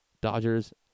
Dodgers